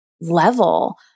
level